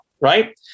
right